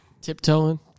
Tiptoeing